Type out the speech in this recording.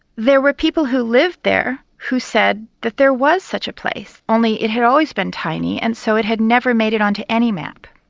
there were people who lived there who said that there was such a place only it had always been tiny and so it had never made it on to any map.